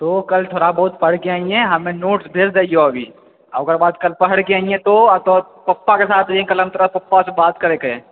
ओ कल थोड़ा बहुत पढैकऽ अइहैं हमे नोट्स भेज दैहियों हँ अभी आ ओकर बाद कल पैढ़कऽ अइहैं तौं आ पप्पा क साथ अइहैं कल हम तोरा पप्पासॅं बत करयके अइ